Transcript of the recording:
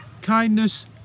kindness